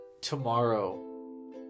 tomorrow